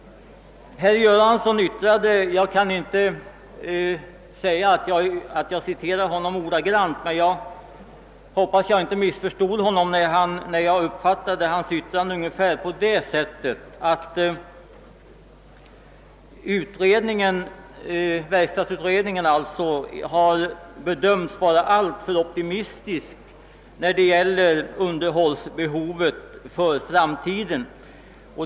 Jag hoppas att jag inte missförstod herr Göransson — jag skall inte försöka citera honom ordagrant — när jag uppfattade hans yttrande ungefär på det sättet, att verkstadsutredningen har bedömts vara alltför optimistisk i fråga om underhållsbehovet för framtiden.